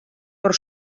per